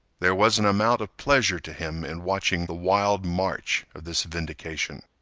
there was an amount of pleasure to him in watching the wild march of this vindication.